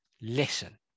Listen